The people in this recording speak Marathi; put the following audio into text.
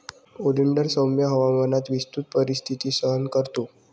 ओलिंडर सौम्य हवामानात विस्तृत परिस्थिती सहन करतो